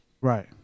right